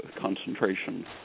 concentration